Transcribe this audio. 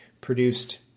produced